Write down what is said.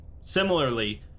Similarly